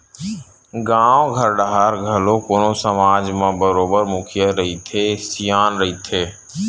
गाँव घर डाहर घलो कोनो समाज म बरोबर मुखिया रहिथे, सियान रहिथे